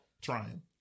trying